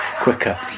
quicker